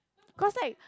cause like